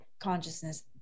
consciousness